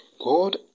God